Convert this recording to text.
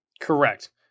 Correct